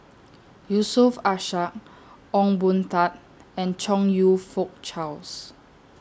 Yusof Ishak Ong Boon Tat and Chong YOU Fook Charles